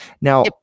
Now